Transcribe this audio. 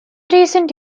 recent